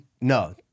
no